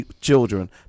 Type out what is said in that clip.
children